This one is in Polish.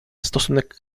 stosunek